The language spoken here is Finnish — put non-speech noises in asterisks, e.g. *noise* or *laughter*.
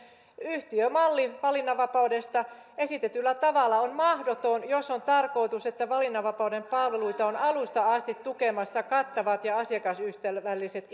yhtiömalli valinnanvapaudesta on esitetyllä tavalla mahdoton jos on tarkoitus että valinnanvapauden palveluita ovat alusta asti tukemassa kattavat ja asiakasystävälliset *unintelligible*